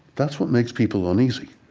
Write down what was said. that's what makes people uneasy.